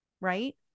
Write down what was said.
right